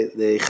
de